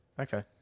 Okay